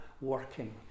working